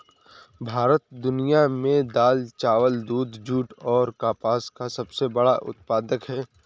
भारत दुनिया में दाल, चावल, दूध, जूट और कपास का सबसे बड़ा उत्पादक है